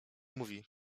mówi